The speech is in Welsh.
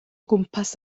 gwmpas